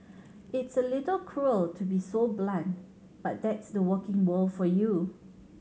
it's a little cruel to be so blunt but that's the working world for you